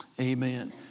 amen